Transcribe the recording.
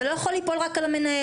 זה לא יכול להיות ליפול רק על המנהל.